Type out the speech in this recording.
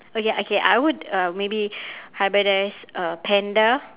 okay okay I would uh maybe hybridise a panda